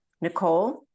Nicole